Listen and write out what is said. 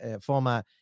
former